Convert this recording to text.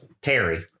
Terry